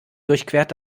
durchquert